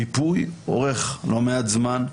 המיפוי אורך לא מעט זמן.